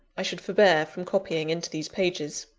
i should forbear from copying into these pages.